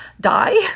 die